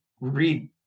read